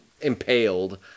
impaled